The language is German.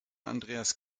andreas